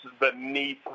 beneath